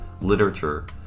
literature